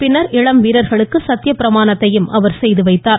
பின்னா் இளம் வீரர்களுக்கு சத்தியப்பிரமாணத்தையும் அவர் செய்கி வைத்தார்